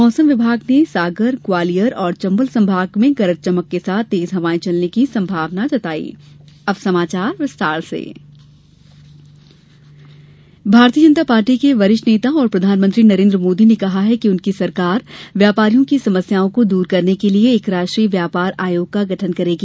मौसम विभाग ने सागर ग्वालियर और चंबल संभाग में गरज चमक के साथ तेज हवायें चलने की संभावना जताई मोदी सभा भारतीय जनता पार्टी के वरिष्ठ नेता और प्रधानमंत्री नरेंद्र मोदी ने कहा है कि उनकी सरकार व्यापारियों की समस्याओं को दूर करने के लिए एक राष्ट्रीय व्यापार आयोग का गठन करेगी